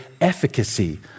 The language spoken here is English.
efficacy